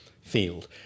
field